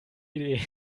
idee